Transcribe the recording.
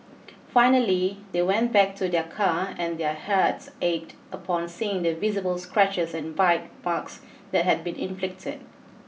finally they went back to their car and their hearts ached upon seeing the visible scratches and bite marks that had been inflicted